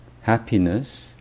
happiness